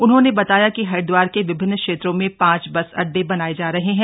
उन्होंने बताया कि हरिद्वार के विभिन्न क्षेत्रों में पांच बस अड्डे बनाये जा रहे हैं